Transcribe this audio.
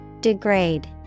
Degrade